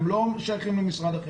הם לא שייכים למשרד החינוך.